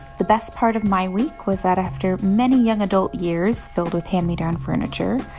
the best part of my week was that after many young adult years filled with hand-me-down furniture,